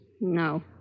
No